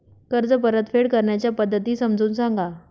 कर्ज परतफेड करण्याच्या पद्धती समजून सांगा